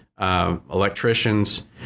electricians